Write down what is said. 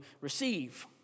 receive